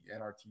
NRT